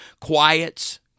quiets